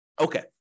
okay